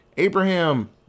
Abraham